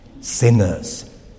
sinners